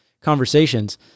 conversations